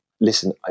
listen